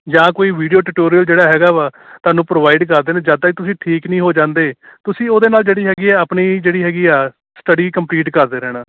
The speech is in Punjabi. ਜਾਂ ਕੋਈ ਵੀਡੀਓ ਟਟੋਰੀਅਲ ਜਿਹੜਾ ਹੈਗਾ ਵਾ ਤੁਹਾਨੂੰ ਪ੍ਰੋਵਾਈਡ ਕਰ ਦੇਣ ਜਦ ਤੱਕ ਤੁਸੀਂ ਠੀਕ ਨਹੀਂ ਹੋ ਜਾਂਦੇ ਤੁਸੀਂ ਉਹਦੇ ਨਾਲ ਜਿਹੜੀ ਹੈਗੀ ਆ ਆਪਣੀ ਜਿਹੜੀ ਹੈਗੀ ਆ ਸਟੱਡੀ ਕੰਪਲੀਟ ਕਰਦੇ ਰਹਿਣਾ